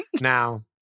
Now